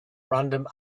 random